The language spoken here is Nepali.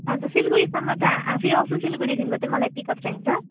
हजुर सिलगढीसम्म त आफै आउँछु सिलगढीदेखिको चाहिँ मलाई पिकअप चाहिन्छ